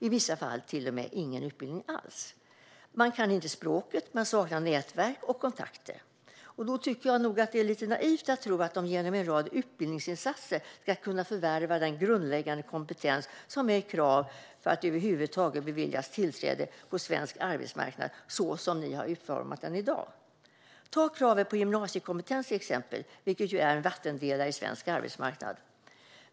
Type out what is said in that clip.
I vissa fall har de rent av ingen utbildning alls. De kan inte språket och saknar nätverk och kontakter. Då tycker jag nog att det är lite naivt att tro att de genom en rad utbildningsinsatser ska kunna förvärva den grundläggande kompetens som är ett krav för att över huvud taget beviljas tillträde på svensk arbetsmarknad, så som ni har utformat den i dag. Ta till exempel kravet på gymnasiekompetens! Det är en vattendelare på svensk arbetsmarknad.